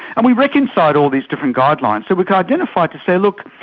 and we reconciled all these different guidelines so we could identify to say, look,